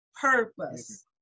purpose